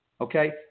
okay